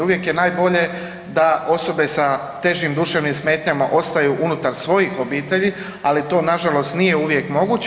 Uvijek je najbolje da osobe s težim duševnim smetnjama ostaju unutar svojih obitelji, ali to nažalost nije uvijek moguće.